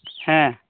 ᱦᱮᱸ